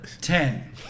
Ten